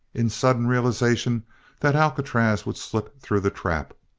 in sudden realization that alcatraz would slip through the trap.